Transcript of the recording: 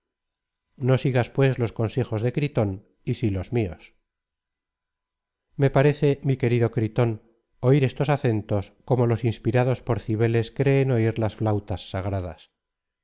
no sigas pues los consejos de gritón y sí los míos me parece mi querido gritón oír estos acentos como los inspirados por cibeles creen oír las flautas sagradas